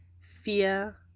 fear